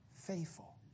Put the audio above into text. faithful